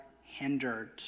hindered